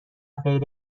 غیر